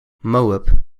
moab